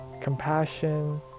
compassion